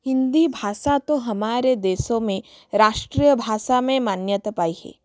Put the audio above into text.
हिंदी भाषा तो हमारे देश में राष्ट्रीय भाषा में मान्यता पाई है